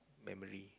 memory